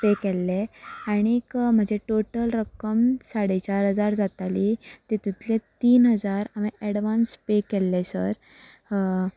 pay केल्ले आनीक म्हजें टोटल रक्कम साडेचाड हजार जातली तितूंतली तीन हजार हांवें अेडवांस पे केल्ले सर